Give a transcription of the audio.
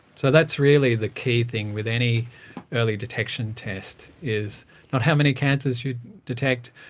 so that's really the key thing with any early detection test, is not how many cancers you detect,